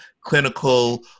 clinical